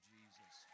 Jesus